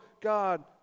God